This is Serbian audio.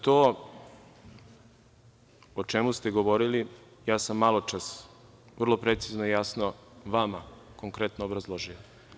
To o čemu ste govorili, ja sam malopre vrlo precizno i jasno vama konkretno obrazložio.